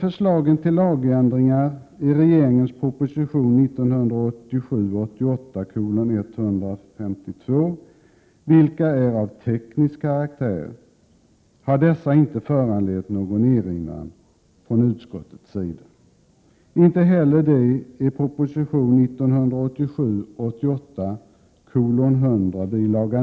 Förslagen i proposition 1987 88:100, bil.